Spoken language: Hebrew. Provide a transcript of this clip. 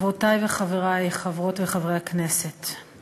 תודה רבה, חברותי וחברי חברות וחברי הכנסת,